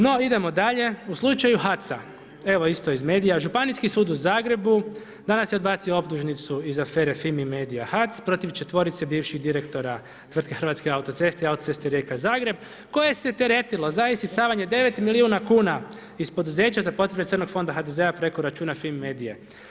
No idemo dalje, u slučaju HAC-a, evo, isto iz medija, Županijski sud u Zagrebu, danas je odbacio optužnicu, iz afere Fimi Medija HAC protiv 4 bivših direktora tvrtke Hrvatske autoceste i autoceste Rijeka- Zagreb, koja se teretila za isisavanje 9 milijuna kuna iz poduzeća za potrebe crnog fonda HDZ-a preko računa FIMI Medija.